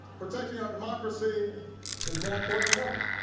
protecting our democracy is more important than ever.